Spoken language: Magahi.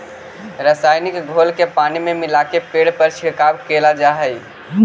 रसायनिक घोल के पानी में मिलाके पेड़ पर छिड़काव कैल जा हई